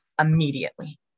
Immediately